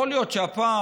יכול להיות שהפעם,